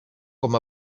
com